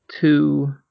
two